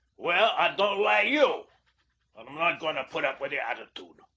well, i don't lie you, and i'm not goin' to put up with your attitude.